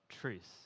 truth